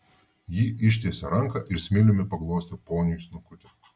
ji ištiesė ranką ir smiliumi paglostė poniui snukutį